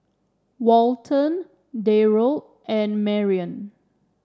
Walton Darold and Marion